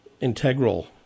integral